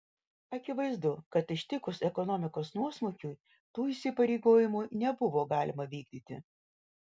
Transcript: akivaizdu kad ištikus ekonomikos nuosmukiui tų įsipareigojimų nebuvo galima vykdyti